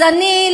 אז אני,